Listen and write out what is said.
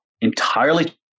entirely